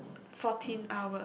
fourteen hours